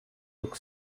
took